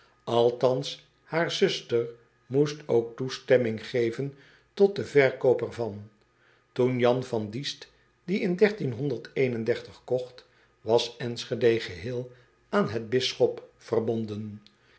althans haar zuster moest ook toestemming geven tot den verkoop er van oen an van iest die in kocht was nschede geheel aan het bisdom verbonden